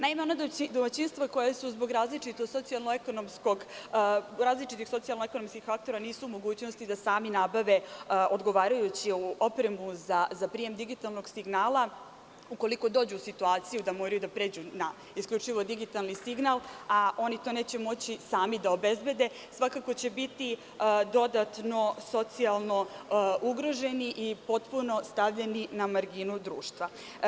Naime, ona domaćinstva koja zbog različitih socijalno-ekonomskih faktora nisu u mogućnosti da sami nabave odgovarajuću opremu za prijem digitalnog signala, ukoliko dođu u situaciju da moraju da pređu isključivo na digitalni signal, a oni to neće moći sami da obezbede, svakako će biti dodatno socijalno ugrožena i potpuno stavljena na marginu društva.